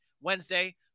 Wednesday